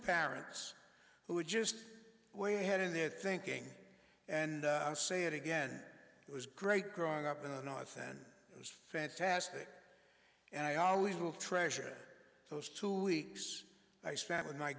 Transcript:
parents who are just way ahead in their thinking and i'll say it again it was great growing up in the north and it was fantastic and i always will treasure those two weeks i spent with my